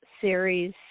series